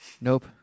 Nope